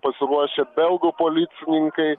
pasiruošę belgų policininkai